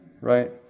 right